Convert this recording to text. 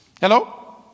Hello